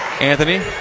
Anthony